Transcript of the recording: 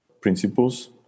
principles